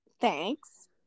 thanks